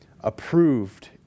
Approved